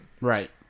Right